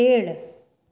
खेळ